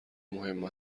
مهم